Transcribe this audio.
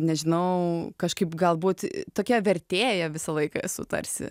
nežinau kažkaip galbūt tokia vertėja visą laiką esu tarsi